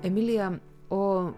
emilija o